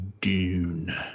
Dune